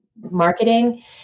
marketing